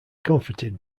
comforted